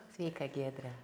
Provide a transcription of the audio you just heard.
sveika giedre